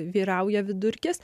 vyrauja vidurkis